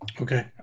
Okay